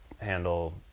handle